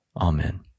Amen